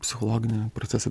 psichologinį procesą